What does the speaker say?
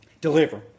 Deliver